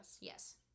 yes